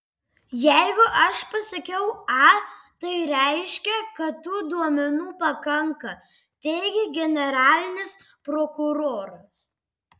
jeigu aš pasakiau a tai reiškia kad tų duomenų pakanka teigė generalinis prokuroras